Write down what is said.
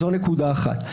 זו נקודה אחת.